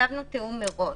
כתבנו "תיאום מראש".